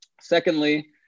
Secondly